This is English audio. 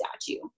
statue